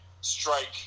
strike